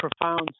profound